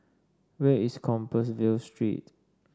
where is Compassvale Street